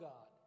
God